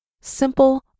Simple